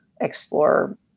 explore